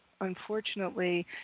unfortunately